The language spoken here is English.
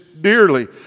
dearly